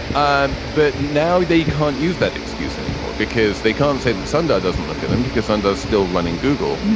um but now they can't use that excuse anymore because they can't say that sun doesn't look at them because under us still running google.